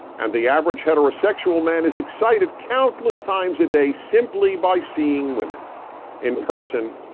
and the average heterosexual man is excited countless times a day simply by seeing women in person,